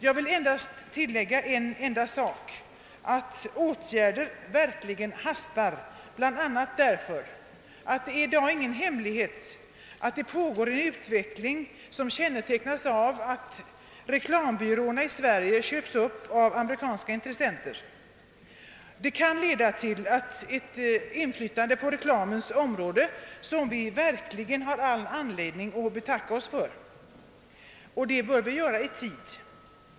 Jag vill endast tillägga att åtgärder verkligen hastar, bl.a. därför att det i dag inte är någon hemlighet att det äger rum en utveckling som kännetecknas av att reklambyråerna i Sverige köps upp av amerikanska intressenter. Detta kan leda till ett inflytande på reklamens område som vi har all anledning att betacka oss för, och det bör vi göra i tid.